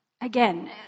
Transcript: again